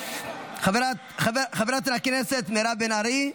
חברת הכנסת מירב בן ארי,